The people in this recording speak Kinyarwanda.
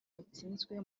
yatsinzwe